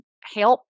help